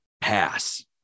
pass